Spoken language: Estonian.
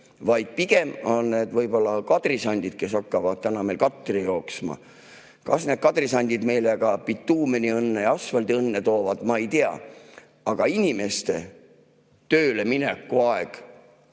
vaid pigem on need jätnud kadrisandid, kes lähevad täna katri jooksma. Seda, kas need kadrisandid meile ka bituumeni‑ ja asfaldiõnne toovad, ma ei tea, aga inimeste tööleminekuaeg